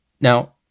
Now